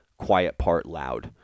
QuietPartLoud